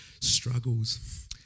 struggles